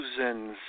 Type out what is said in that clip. thousands